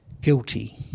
Guilty